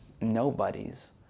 nobodies